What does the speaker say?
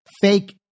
fake